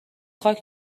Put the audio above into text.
خاک